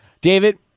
David